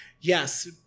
yes